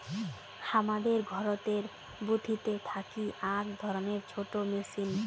হামাদের ঘরতের বুথিতে থাকি আক ধরণের ছোট মেচিন